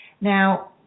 Now